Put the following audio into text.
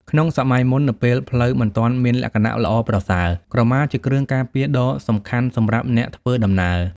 ក្នុងសម័យមុន នៅពេលផ្លូវមិនទាន់មានលក្ខណៈល្អប្រសើរ ក្រមាជាគ្រឿងការពារដ៏សំខាន់សម្រាប់អ្នកធ្វើដំណើរ។